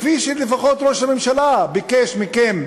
כפי שלפחות ראש הממשלה ביקש מכם,